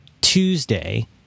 Tuesday